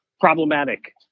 problematic